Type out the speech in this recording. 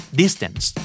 distance